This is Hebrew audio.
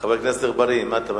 חבר הכנסת אגבאריה, מה אתה מציע?